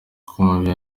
ikompanyi